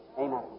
Amen